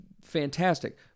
Fantastic